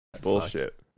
Bullshit